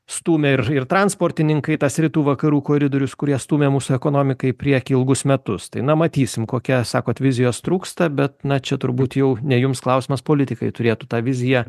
stūmė ir ir transportininkai tas rytų vakarų koridorius kurie stūmė mūsų ekonomiką į priekį ilgus metus tai na matysim kokia sakot vizijos trūksta bet na čia turbūt jau ne jums klausimas politikai turėtų tą viziją